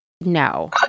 no